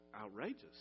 outrageous